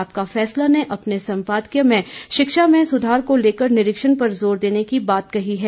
आपका फैसला ने अपने संपादकीय में शिक्षा में सुधार को लेकर निरीक्षण पर जोर देने की बात कही है